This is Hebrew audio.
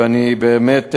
ואני באמת,